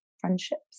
friendships